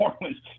Orleans